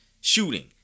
shooting